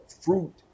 fruit